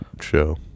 show